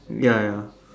ya ya ya